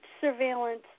surveillance